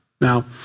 Now